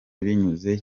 binyuze